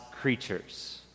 creatures